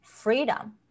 freedom